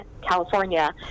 California